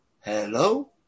Hello